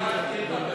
הסיעה החליטה,